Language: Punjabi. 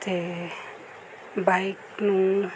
ਅਤੇ ਬਾਈਕ ਨੂੰ